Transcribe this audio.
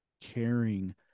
caring